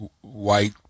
white